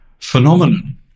phenomenon